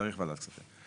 צריך וועדת כספים.